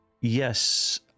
Yes